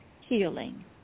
healing